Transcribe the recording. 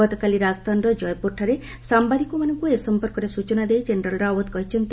ଗତକାଲି ରାଜସ୍ଥାନର ଜୟପୁରଠାରେ ସାମ୍ବାଦିକମାନଙ୍କୁ ଏ ସଂପର୍କରେ ସୂଚନା ଦେଇ ଜେନେରାଲ୍ ରାଓ୍ୱତ ଏହା କହିଛନ୍ତି